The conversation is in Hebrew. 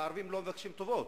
והערבים לא מבקשים טובות.